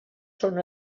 són